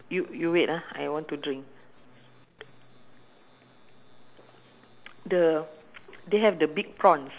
now I feel like eating !wah! I'm going I because I haven't take my breakfast ah ya I haven't take my breakfast so